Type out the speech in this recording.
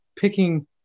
Picking